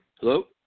Hello